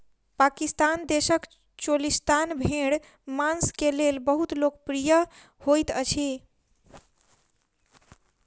पाकिस्तान देशक चोलिस्तानी भेड़ मांस के लेल बहुत लोकप्रिय होइत अछि